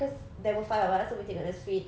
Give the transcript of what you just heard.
cause there were five of us so we take the suite